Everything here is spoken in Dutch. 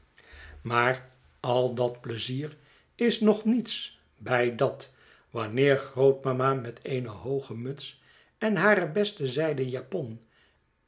maar al dat pleizier is nog nietsbij dat wanneer grootmama met eene hooge muts en hare beste zijden japon